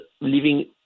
living